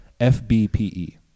FBPE